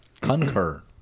Concur